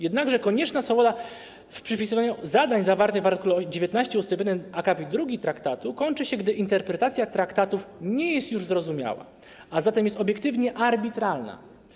Jednakże konieczna swoboda w przypisywaniu zadań zawartych w art. 19 ust. 1 akapit 2 traktatu kończy się, gdy interpretacja traktatów nie jest już zrozumiała, a zatem jest obiektywnie arbitralna.